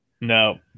no